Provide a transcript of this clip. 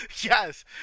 Yes